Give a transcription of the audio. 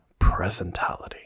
presentality